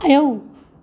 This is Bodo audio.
आयौ